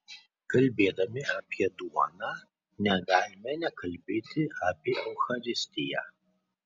kalbėdami apie duoną negalime nekalbėti apie eucharistiją